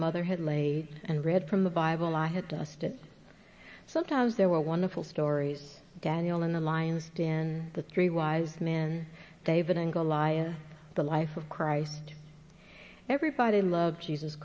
mother had laid and read from the bible i had dusted sometimes there were wonderful stories daniel in the lion's den the three wise men david and goliath the life of christ everybody loved jesus